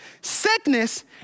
Sickness